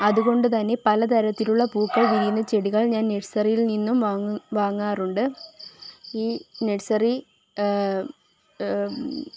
അത് കൊണ്ട് തന്നെ പല തരത്തിലുള്ള പൂക്കൾ വിരിയുന്ന ചെടികൾ ഞാൻ നഴ്സറിയിൽ നിന്നും വാങ് വാങ്ങാറുണ്ട് ഈ നഴ്സറി